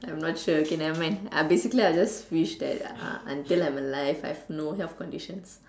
I'm not sure okay nevermind I basically I just wish that uh until I'm alive I have no health conditions